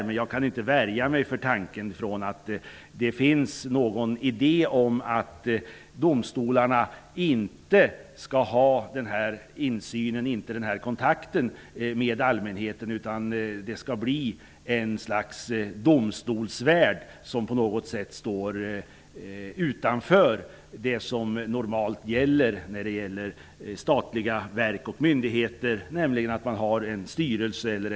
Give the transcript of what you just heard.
Men jag kan inte värja mig för tanken att det finns någon idé om att domstolarna inte skall ha kontakten med allmänheten, utan att det i stället skall bli ett slags domstolsvärld utanför det som normalt gäller i statliga verk och myndigheter där man har en sedvanlig styrelse.